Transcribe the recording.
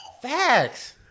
Facts